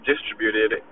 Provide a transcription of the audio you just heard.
distributed